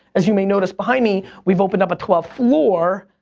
as you may notice behind me, we've opened up a twelfth floor.